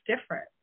different